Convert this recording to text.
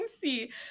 see